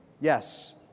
Yes